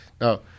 No